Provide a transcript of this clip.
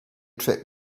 trip